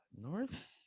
north